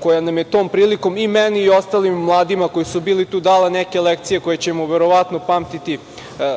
koja je tom prilikom meni i ostalim mladima koji su bili tu dala neke lekcije koje ćemo verovatno pamtiti